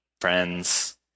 friends